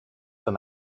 than